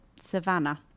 savannah